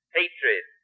hatred